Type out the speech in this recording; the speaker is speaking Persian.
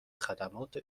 خدمات